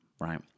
right